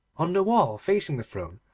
on the wall, facing the throne,